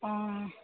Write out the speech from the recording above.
অঁ